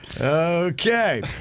Okay